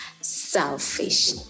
selfish